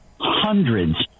hundreds